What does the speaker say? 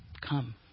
come